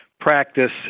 practice